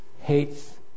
hates